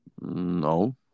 No